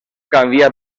canvià